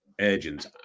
urgent